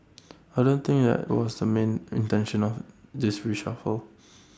I don't think that was the main intention of this reshuffle